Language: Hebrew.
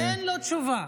אין לו תשובה.